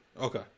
Okay